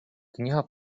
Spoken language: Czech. kniha